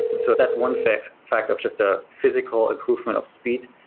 so that's one fact fact of just a physical improvement of speed.